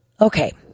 Okay